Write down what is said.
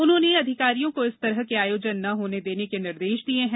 उन्होंने अधिकारियों को इस तरह के आयोजन न होने देने के निर्देश दिये हैं